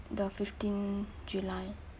the fifteen july